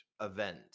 event